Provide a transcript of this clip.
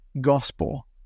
gospel